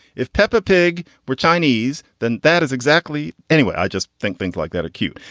if peppa pig were chinese, then. that is exactly. anyway, i just think things like that are cute.